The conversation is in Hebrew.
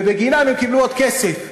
ובגינן הם קיבלו עוד כסף.